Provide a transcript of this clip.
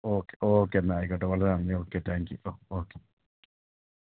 okay okay എന്നാൽ ആയിക്കോട്ടെ വളരെ നന്ദി ഓക്കെ താങ്ക്യു ഓ ഓക്കെ